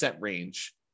range